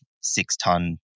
six-ton